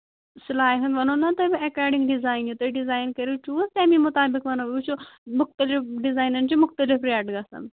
سِلایہِ ہُنٛد ونو نا تۄہہِ بہٕ ایکارڈِنٛگ ڈِزایَن یہِ تُہۍ ڈِزایَن کٔریو چوٗز تَمی مُطٲبِق وَنو وُچھِو مُختٔلِف ڈِزاینَن چھِ مُختٔلِف ریٹ گژھان